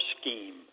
scheme